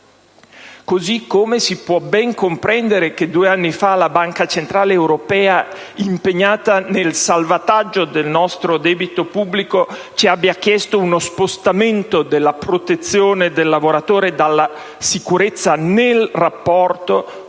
Così come si può ben comprendere che due anni fa la Banca centrale europea, impegnata nel salvataggio del nostro debito pubblico, ci abbia chiesto uno spostamento della protezione del lavoratore dalla sicurezza nel rapporto,